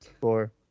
four